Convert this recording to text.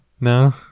No